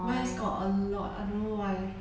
west got a lot I don't know why